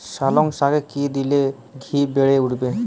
পালং শাকে কি দিলে শিঘ্র বেড়ে উঠবে?